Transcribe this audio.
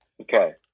Okay